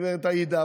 גב' עאידה,